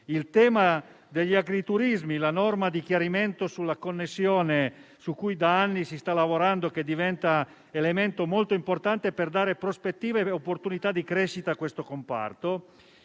il tema degli agriturismi, la norma di chiarimento sulla connessione, su cui da anni si sta lavorando, diventa elemento molto importante per dare prospettive e opportunità di crescita a questo comparto.